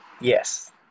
yes